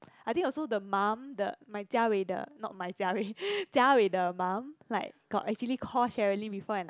I think also the mum the my jia wei the not my jia wei jia wei the mum like got actually call Sherilyn before and like